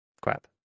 crap